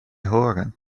horen